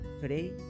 Today